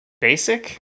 Basic